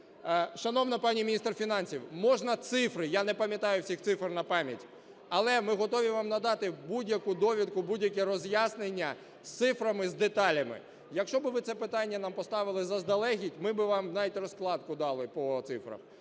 Шановна пані міністр фінансів, можна цифри? Я не пам'ятаю всіх цифр напам'ять. Але ми готові вам надати будь-яку довідку, будь-яке роз'яснення, з цифрами, з деталями. Якщо би ви це питання поставили заздалегідь, ми би вам навіть розкладку дали по цифрах,